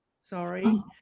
Sorry